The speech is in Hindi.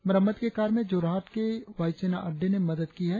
मरम्मत के कार्य में जोरहाट के वायुसेना अड्डे ने मदद की है